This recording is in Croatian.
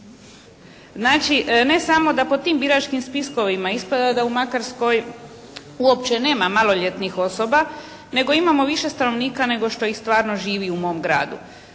Znači ne samo da po tim biračkim spiskovima ispada da u Makarskoj uopće nema maloljetnih osoba, nego imamo više stanovnika nego što ih stvarno živi u mom gradu.